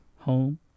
home